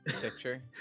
picture